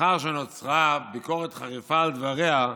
לאחר שנוצרה ביקורת חריפה על דבריה,